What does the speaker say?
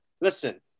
listen